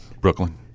Brooklyn